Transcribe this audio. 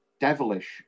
devilish